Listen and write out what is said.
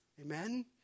Amen